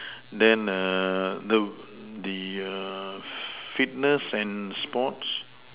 then the the fitness and sports